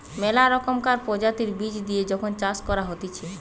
মেলা রকমকার প্রজাতির বীজ দিয়ে যখন চাষ করা হতিছে